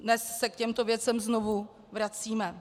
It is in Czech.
Dnes se k těmto věcem znovu vracíme.